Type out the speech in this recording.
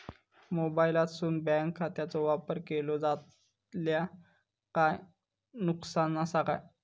मोबाईलातसून बँक खात्याचो वापर केलो जाल्या काय नुकसान असा काय?